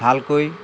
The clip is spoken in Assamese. ভালকৈ